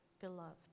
beloved